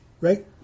Right